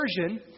version